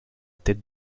tête